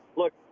look